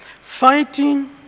fighting